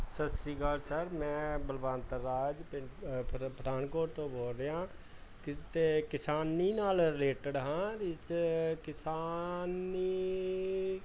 ਸਤਿ ਸ਼੍ਰੀ ਅਕਾਲ ਸਰ ਮੈਂ ਬਲਵੰਤਰਾਜ ਪਿੰਡ ਪਠਾਨਕੋਟ ਤੋਂ ਬੋਲ ਰਿਹਾ ਕਿਤੇ ਕਿਸਾਨੀ ਨਾਲ ਰਿਲੇਟਡ ਹਾਂ ਇਸ ਕਿਸਾਨੀ